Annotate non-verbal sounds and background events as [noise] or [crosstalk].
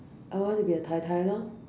I want to be a tai-tai loh [laughs]